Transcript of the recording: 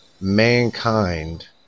mankind